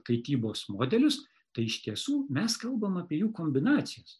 kaitybos modelius tai iš tiesų mes kalbam apie jų kombinacijas